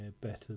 better